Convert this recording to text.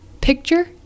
picture